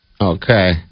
Okay